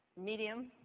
medium